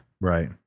Right